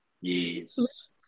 Yes